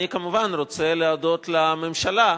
אני כמובן רוצה להודות לממשלה.